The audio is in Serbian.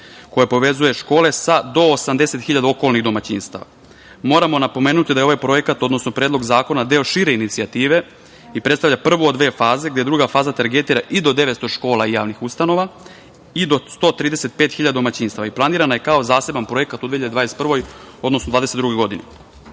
koja povezuje škole do 80 hiljada okolnih domaćinstava. Moramo napomenuti da je ovaj projekat, odnosno Predlog zakona, deo šire inicijative i predstavlja prvu od dve faze, gde druga faza targetira i do 900 škola i javnih ustanova i do 135 hiljada domaćinstava i planirana je kao zaseban projekat u 2021, odnosno 2022. godini. Dakle,